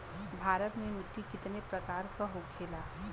भारत में मिट्टी कितने प्रकार का होखे ला?